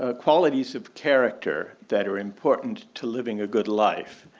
ah qualities of character that are important to living a good life.